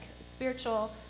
spiritual